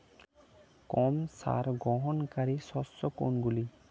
কম সার গ্রহণকারী শস্য কোনগুলি?